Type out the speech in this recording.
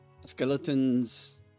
skeleton's